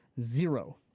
Zero